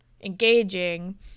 engaging